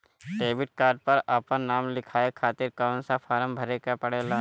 Debit card पर आपन नाम लिखाये खातिर कौन सा फारम भरे के पड़ेला?